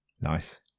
nice